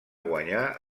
guanyar